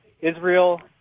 Israel